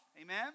amen